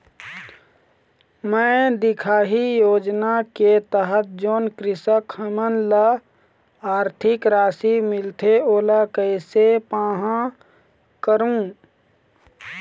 मैं दिखाही योजना के तहत जोन कृषक हमन ला आरथिक राशि मिलथे ओला कैसे पाहां करूं?